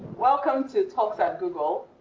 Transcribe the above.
welcome to talks at google.